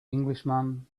englishman